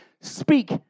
speak